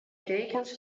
dekens